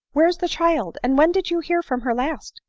where is the child? and when did you hear from her last?